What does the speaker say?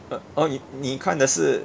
uh orh 你你看的是